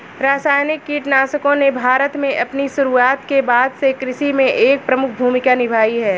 रासायनिक कीटनाशकों ने भारत में अपनी शुरुआत के बाद से कृषि में एक प्रमुख भूमिका निभाई है